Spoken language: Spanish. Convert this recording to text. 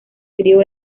crió